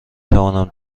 توانم